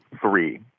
three